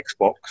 Xbox